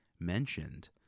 mentioned